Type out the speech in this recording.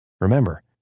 Remember